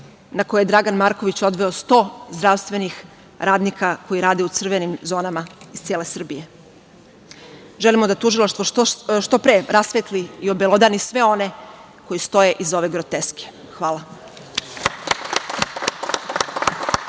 na koje je Dragan Marković odveo sto zdravstvenih radnika koji rade u crvenim zonama iz cele Srbije. Želimo da tužilaštvo što pre rasvetli i obelodani sve one koji stoje iza ove groteske. Hvala.